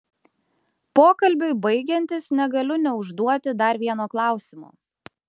pokalbiui baigiantis negaliu neužduoti dar vieno klausimo